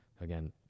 again